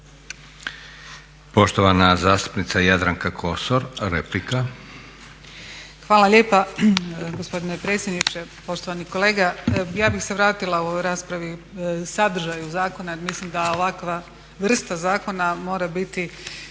replika. **Kosor, Jadranka (Nezavisni)** Hvala lijepa gospodine predsjedniče. Poštovani kolega ja bih se vratila u ovoj raspravi sadržaju zakona jer mislim da ovakva vrsta zakona mora biti